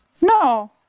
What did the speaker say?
No